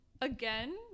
Again